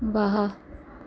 ਬਾਹਾ